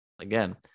again